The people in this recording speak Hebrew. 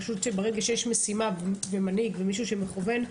פשוט ברגע שיש משימה ומנהיג ומישהו שמכוון,